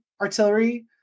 artillery